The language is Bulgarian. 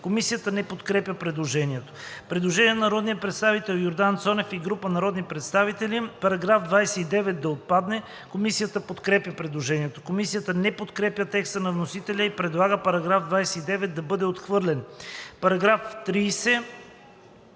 Комисията не подкрепя предложението. Предложение на народния представител Йордан Цонев и група народни представители –§ 29 да отпадне. Комисията подкрепя предложението. Комисията не подкрепя текста на вносителя и предлага § 29 да бъде отхвърлен. По § 30